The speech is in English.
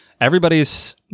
everybody's